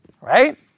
right